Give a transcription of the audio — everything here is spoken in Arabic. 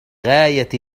غاية